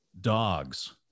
dogs